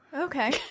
Okay